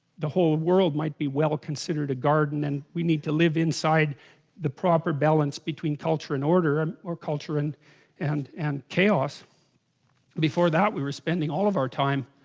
the whole world might be well considered a garden and we need to live inside the proper balance between culture and order um or culture and and and chaos before that we were spending all of our time?